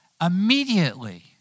Immediately